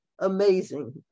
Amazing